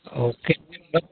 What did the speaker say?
okay